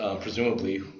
presumably